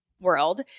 world